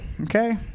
okay